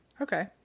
Okay